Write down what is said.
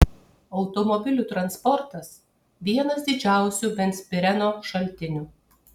automobilių transportas vienas didžiausių benzpireno šaltinių